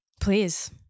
Please